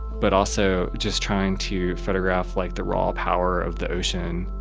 but also just trying to photograph like the raw power of the ocean,